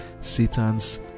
Satan's